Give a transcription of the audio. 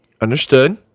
Understood